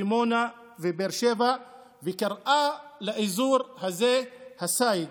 דימונה ובאר שבע וקראה לאזור הזה הסייג,